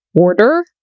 Order